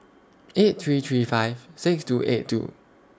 eight three three five six two eight two